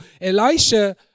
Elisha